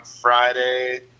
Friday